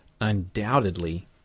undoubtedly